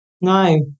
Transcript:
No